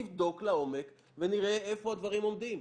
נבדוק לעומק ונראה איפה הדברים עומדים.